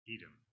Edom